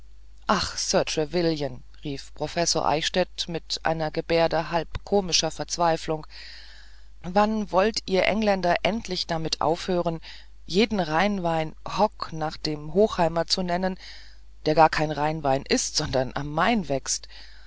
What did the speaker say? ach sir trevelyan rief professor eichstädt mit einer gebärde halb komischer verzweiflung wann wollt ihr engländer endlich damit aufhören jeden rheinwein hock nach dem hochheimer zu nennen der gar kein rheinwein ist sondern am main wächst